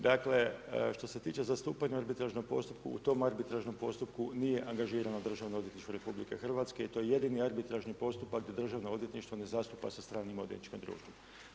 Dakle, što se tiče zastupanja u arbitražnom postupku, u tom arbitražnom postupku nije angažirano Državno odvjetništvo RH i to je jedini arbitražni postupak gdje Državno odvjetništvo ne zastupa sa stranim odvjetničkim društvom.